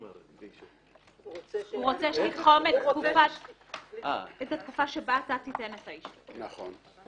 הוא רוצה לתחום את התקופה שבה אתה תיתן את האישור,